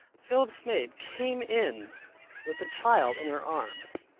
philip's maid came in with the child in her arms,